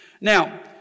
Now